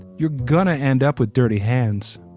you're going to end up with dirty hands